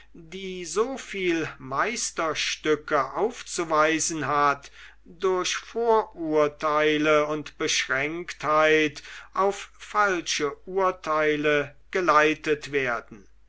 die so viel meisterstücke aufzuweisen hat durch vorurteile und beschränktheit auf falsche urteile geleitet werden